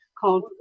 called